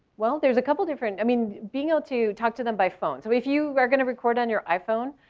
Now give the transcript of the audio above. well, there's a couple different, i mean being able to talk to them by phone. so if you are going to record on your iphone,